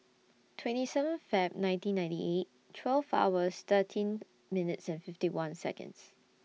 twenty seven Feb nineteen ninety eight twelve hours thirteen minutes and fifty one Seconds